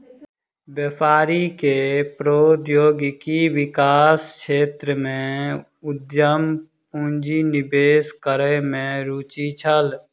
व्यापारी के प्रौद्योगिकी विकास क्षेत्र में उद्यम पूंजी निवेश करै में रूचि छल